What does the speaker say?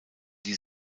die